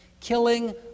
killing